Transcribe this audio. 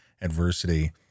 adversity